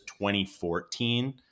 2014